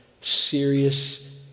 serious